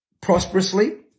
prosperously